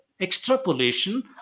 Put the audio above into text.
extrapolation